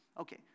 Okay